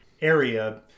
area